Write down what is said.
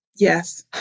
Yes